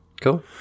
cool